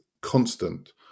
constant